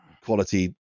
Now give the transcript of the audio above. quality